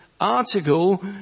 article